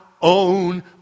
own